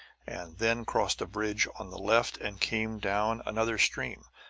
and then crossed a ridge on the left and came down another stream.